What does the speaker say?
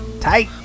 tight